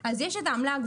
אם הם גובים עמלה,